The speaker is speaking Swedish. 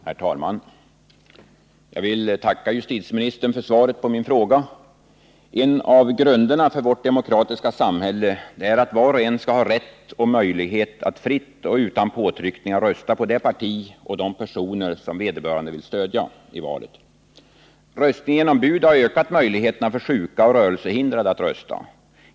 Herr talman! Jag vill tacka justitieministern för svaret på min fråga. En av grunderna för vårt demokratiska samhälle är att var och en skall ha rätt och möjlighet att fritt och utan påtryckningar rösta på det parti och de personer som vederbörande vill stödja i valet. Röstning genom bud har ökat möjligheterna för sjuka och rörelsehindrade att rösta.